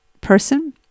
person